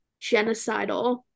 genocidal